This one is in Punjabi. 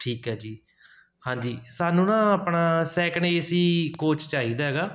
ਠੀਕ ਹੈ ਜੀ ਹਾਂਜੀ ਸਾਨੂੰ ਨਾ ਆਪਣਾ ਸੈਕੰਡ ਏਸੀ ਕੋਚ ਚਾਹੀਦਾ ਹੈਗਾ